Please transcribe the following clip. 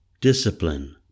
Discipline